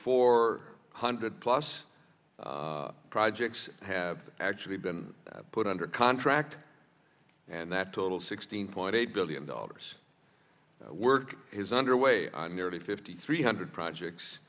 four hundred plus projects have actually been put under contract and that total sixteen point eight billion dollars work is underway on nearly fifty three hundred projects